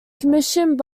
commissioned